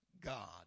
God